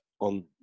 on